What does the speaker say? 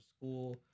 school